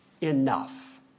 enough